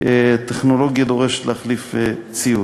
טכנולוגית דורשת להחליף ציוד,